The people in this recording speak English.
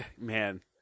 Man